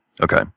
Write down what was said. Okay